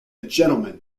gentleman